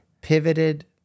Pivoted